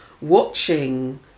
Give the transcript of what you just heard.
watching